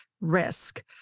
risk